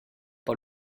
par